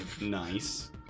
Nice